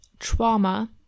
Trauma